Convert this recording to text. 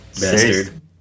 bastard